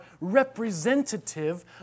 representative